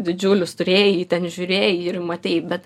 didžiulius turėjai ten žiūrėjai ir matei bet